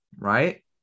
right